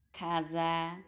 খাজা